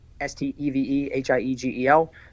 S-T-E-V-E-H-I-E-G-E-L